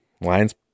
Lions